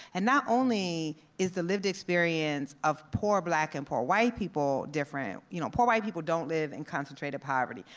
and not only is the lived experience of poor black and poor white people different, you know poor white people don't live in concentrated poverty.